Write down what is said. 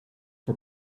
for